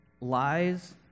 lies